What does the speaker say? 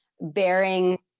bearing